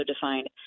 defined